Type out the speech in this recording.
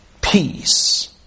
peace